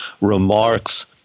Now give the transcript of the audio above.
remarks